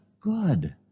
good